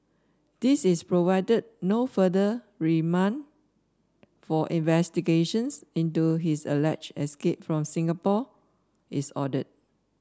this is provided no further remand for investigations into his alleged escape from Singapore is ordered